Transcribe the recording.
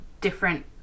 different